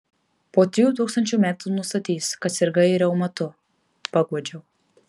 po trijų tūkstančių metų nustatys kad sirgai reumatu paguodžiau